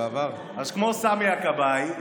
כמו סמי הכבאי,